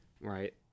right